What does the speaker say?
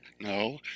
No